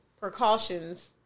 precautions